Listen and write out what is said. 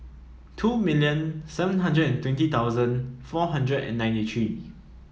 two million seven hundred and twenty thousand four hundred and ninety three